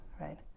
right